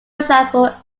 example